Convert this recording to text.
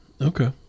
okay